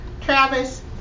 Travis